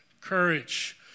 Courage